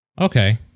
Okay